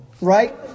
right